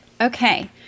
Okay